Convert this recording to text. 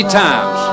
times